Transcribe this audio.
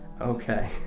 Okay